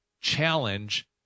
challenge